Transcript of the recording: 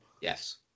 Yes